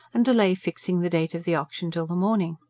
and delay fixing the date of the auction till the morning.